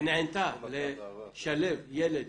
שנענתה לשלב ילד